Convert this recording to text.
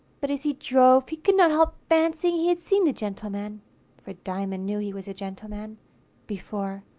but as he drove, he could not help fancying he had seen the gentleman for diamond knew he was a gentleman before.